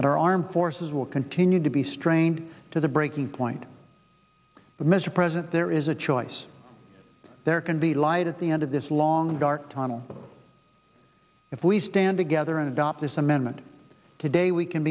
and our armed forces will continue to be strained to the breaking point but mr president there is a choice there can be light at the end of this long dark tunnel if we stand together and adopt this amendment today we can